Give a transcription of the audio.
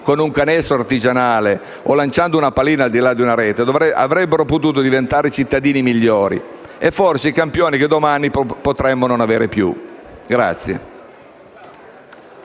con un canestro artigianale o lanciando una pallina al di là di una rete, avrebbero potuto diventare cittadini migliori e, forse, i campioni che domani potremmo non avere più.